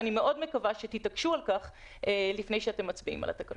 ואני מאוד מקווה שתתעקשו על כך לפני שאתם מצביעים על התקנות.